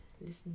listen